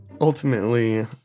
ultimately